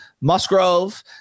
Musgrove